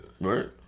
Right